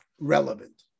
relevant